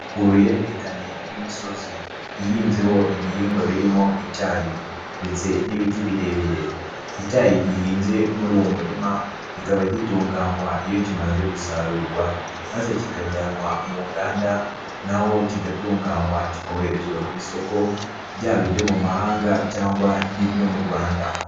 Uruhererekane rw'imisozi ihinzeho ibihingwa birimo icyayi ndetse n'ibiti birebire, icyayi gihinze muri uwo murima, kikaba gitunganywa iyo kimaze gusarurwa, maze kikajyanwa mu nganda na ho kigatunganywa kikoherezwa ku isoko, ryaba iryo mu mahanga cyangwa n'iryo mu Rwanda.